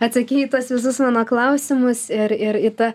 atsakei į tuos visus mano klausimus ir ir į tą